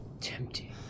Tempting